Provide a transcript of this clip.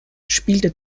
spielte